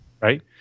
right